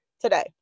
today